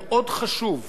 מאות אנשים,